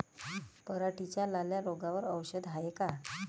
पराटीच्या लाल्या रोगावर औषध हाये का?